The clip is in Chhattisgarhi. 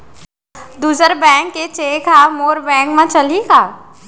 दूसर बैंक के चेक ह मोर बैंक म चलही का?